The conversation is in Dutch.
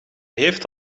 heeft